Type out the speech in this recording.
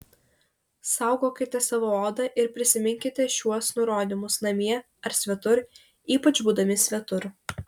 saugokite savo odą ir prisiminkite šiuos nurodymus namie ar svetur ypač būdami svetur